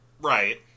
Right